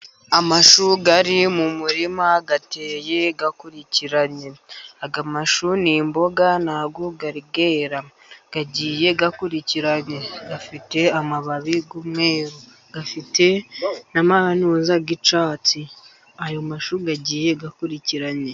Amashu ari mu murima ateye akurikiranye, amashu ni imboga agiye akurikiranye afite amababi afite na mauza yicatsi ayo mashu yagiye gukurikiranye.